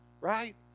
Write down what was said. Right